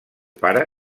pare